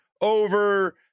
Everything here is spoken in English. over